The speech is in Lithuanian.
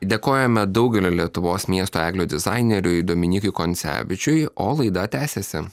dėkojame daugelio lietuvos miestų eglių dizaineriui dominykui koncevičiui o laida tęsiasi